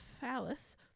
phallus